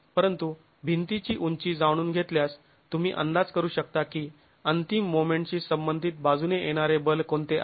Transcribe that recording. परंतु भिंतीची उंची जाणून घेतल्यास तुम्ही अंदाज करू शकता की अंतिम मोमेंटशी संबंधित बाजूने येणारे बल कोणते आहे